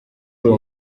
uwo